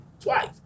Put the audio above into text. Twice